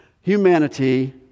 humanity